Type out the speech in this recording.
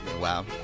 Wow